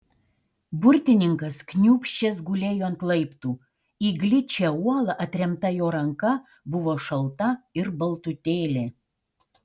burtininkas kniūbsčias gulėjo ant laiptų į gličią uolą atremta jo ranka buvo šalta ir baltutėlė